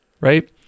Right